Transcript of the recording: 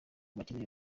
bacyeneye